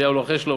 ואליהו לוחש לו,